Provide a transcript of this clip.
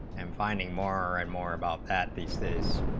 um finding more and more about that these days